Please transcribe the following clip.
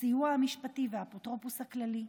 הסיוע המשפטי והאפוטרופוס הכללי.